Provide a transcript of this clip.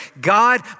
God